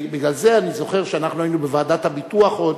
בגלל זה אני זוכר שאנחנו היינו בוועדת הביטוח עוד,